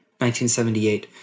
1978